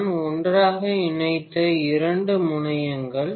நான் ஒன்றாக இணைத்த இரண்டு முனையங்கள்